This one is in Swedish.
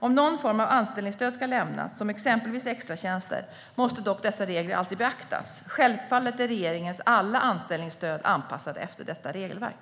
Om någon form av anställningsstöd ska lämnas, exempelvis extratjänster, måste dock dessa regler alltid beaktas. Självfallet är regeringens alla anställningsstöd anpassade efter detta regelverk.